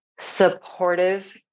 supportive